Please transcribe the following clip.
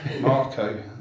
Marco